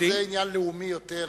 אז זה עניין לאומי יותר מאשר,